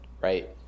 right